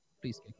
please